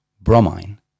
bromine